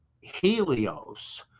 Helios